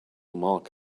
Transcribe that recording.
mark